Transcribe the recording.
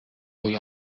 روی